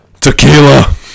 Tequila